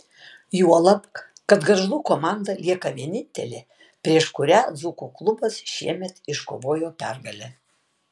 juolab kad gargždų komanda lieka vienintelė prieš kurią dzūkų klubas šiemet iškovojo pergalę